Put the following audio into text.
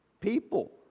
People